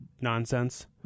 nonsense